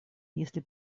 если